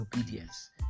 obedience